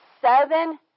seven